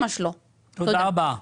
תודה רבה.